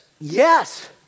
yes